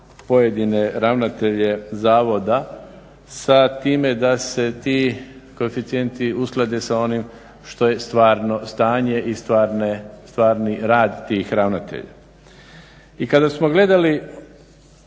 pojedine ravnatelje zavoda sa time da se ti koeficijenti usklade sa onim što je stvarno stanje i stvarni rad tih ravnatelja. I kada smo gledali